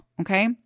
Okay